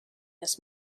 this